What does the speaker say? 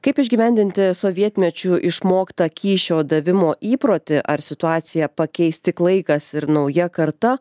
kaip išgyvendinti sovietmečiu išmoktą kyšio davimo įprotį ar situaciją pakeis tik laikas ir nauja karta